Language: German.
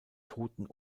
toten